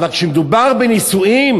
אבל כשמדובר בנישואים,